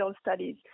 studies